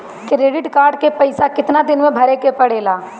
Credit card के पइसा कितना दिन में भरे के पड़ेला?